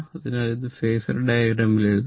അതിനാൽ ഇത് ഫേസർ ഡയഗ്രാമിൽ എഴുതാം